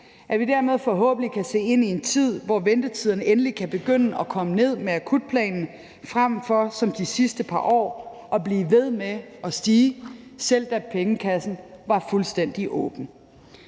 at vi dermed forhåbentlig kan se ind i en tid, hvor ventetiderne med akutplanen endelig kan begynde at komme ned, frem for som I de sidste par år, selv da pengekassen var fuldstændig åben,